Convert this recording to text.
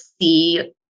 see